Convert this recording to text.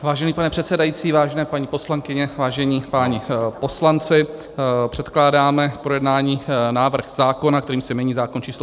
Vážený pane předsedající, vážené paní poslankyně, vážení páni poslanci, předkládáme k projednání návrh zákona, kterým se mění zákon č. 111/1994.